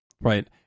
Right